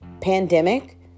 pandemic